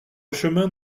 chemin